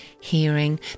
hearing